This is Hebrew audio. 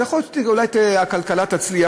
אז יכול להיות שאולי הכלכלה תצליח,